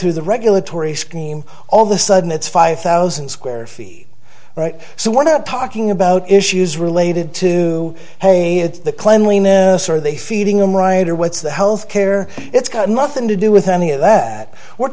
through the regulatory scheme all the sudden it's five thousand square feet right so we're not talking about issues related to the cleanliness are they feeding on right or what's the health care it's got nothing to do with any of that we're